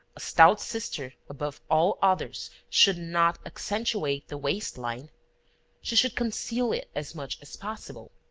a stout sister, above all others, should not accentuate the waist-line. she should conceal it as much as possible.